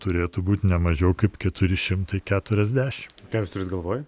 turėtų būt ne mažiau kaip keturi šimtai keturiasdešim ką jūs turit galvoj